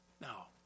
Now